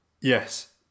Yes